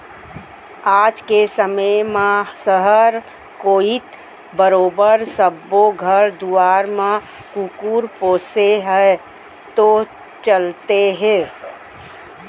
आज के समे म सहर कोइत बरोबर सब्बो घर दुवार म कुकुर पोसे ह तो चलते हे